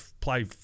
play